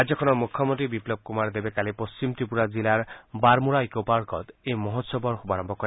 ৰাজ্যখনৰ মুখ্যমন্ত্ৰী বিপ্লৱ কুমাৰ দেৱে কালি পশ্চিম ত্ৰিপুৰা জিলাৰ বাৰমুৰা ইক পাৰ্কত এই মহোৎসৱৰ শুভাৰম্ভ কৰে